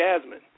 Jasmine